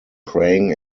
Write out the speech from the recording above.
praying